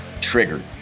Triggered